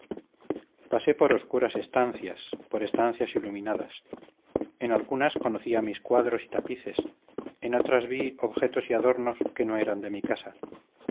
pasé por obscuras estancias por estancias iluminadas en algunas conocía mis cuadros y tapices en otras vi objetos y adornos que no eran de mi casa